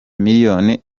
miliyoni